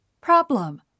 Problem